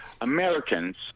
Americans